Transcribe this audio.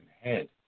head